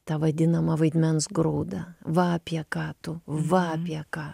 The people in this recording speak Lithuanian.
tą vadinamą vaidmens grūdą va apie ką tu va apie ką